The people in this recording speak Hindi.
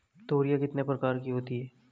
तोरियां कितने प्रकार की होती हैं?